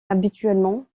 habituellement